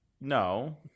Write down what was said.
no